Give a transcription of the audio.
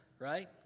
right